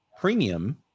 premium